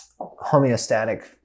homeostatic